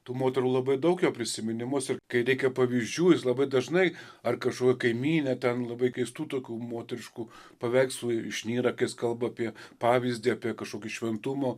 tų moterų labai daug jo prisiminimuose ir kai reikia pavyzdžių jis labai dažnai ar kažkokia kaimynė ten labai keistų tokių moteriškų paveikslų išnyra kai jis kalba apie pavyzdį apie kažkokį šventumo